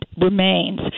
remains